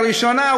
הראשונה,